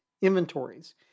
inventories